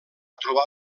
trobar